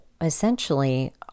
essentially